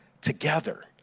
together